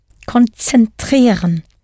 konzentrieren